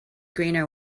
greener